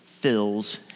fills